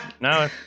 No